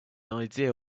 idea